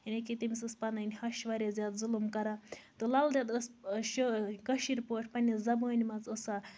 یعنی کہِ تٔمِس ٲس پَنٕنۍ ہَش واریاہ زیادٕ ظلُم کران تہٕ لل دید ٲس کٲشِر پٲٹھۍ پَنٕنہِ زَبٲنۍ منٛز ٲس سۄ